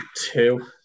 two